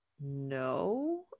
no